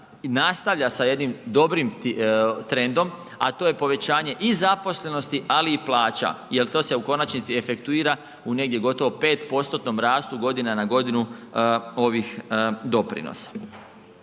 nastavlja sa jednim dobrim trendom a to je povećanje i zaposlenosti ali i plaća jer to se u konačnici efektuira u negdje gotovo 5%-tnom rastu godina na godinu ovih doprinosa.